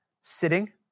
sitting